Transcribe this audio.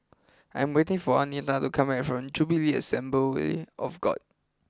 I am waiting for Anita to come back from Jubilee Assembly of God